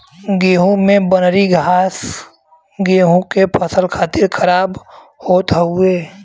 गेंहू में बनरी घास गेंहू के फसल खातिर खराब होत हउवे